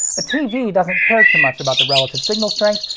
a tv doesn't care too much about the relative signal strength,